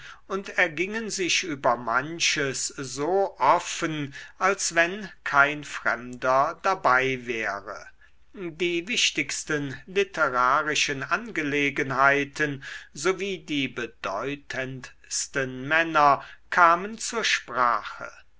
und ergingen sich über manches so offen als wenn kein fremder dabei wäre die wichtigsten literarischen angelegenheiten sowie die bedeutendsten männer kamen zur sprache